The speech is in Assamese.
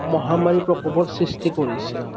মহামাৰী প্ৰকোপৰ সৃষ্টি কৰিছে